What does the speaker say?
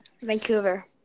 Vancouver